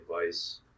advice